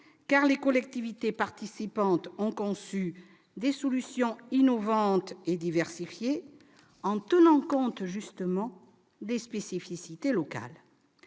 les collectivités participantes ont conçu des solutions innovantes et diversifiées en tenant compte des spécificités locales.